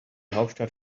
hauptstadt